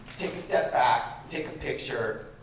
take a step back. take a picture.